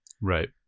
Right